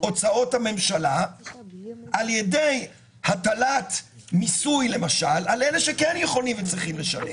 הוצאות הממשלה על ידי הטלת מיסוי למשל על אלה שכן יכולים וצריכים לשלם.